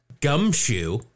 gumshoe